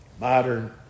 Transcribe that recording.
modern